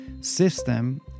system